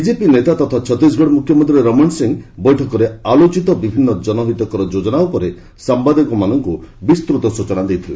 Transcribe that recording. BJP ନେତା ତଥା ଛତିଶଗଡ ମୁଖ୍ୟମନ୍ତ୍ରୀ ରମଣ ସିଂହ ବୈଠକରେ ଆଲୋଚିତ ବିଭିନ୍ନ ଜନହିତକର ଯୋଜନା ଉପରେ ସାମ୍ଭାଦିକମାନଙ୍କୁ ବିସ୍ତୃତ ସ୍ୱଚନା ଦେଇଥିଲେ